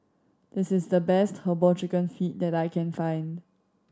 this is the best Herbal Chicken Feet that I can find